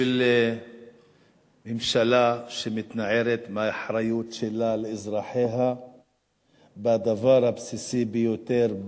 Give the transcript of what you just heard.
ממשלה שמתנערת מהאחריות שלה לאזרחיה בדבר הבסיסי ביותר,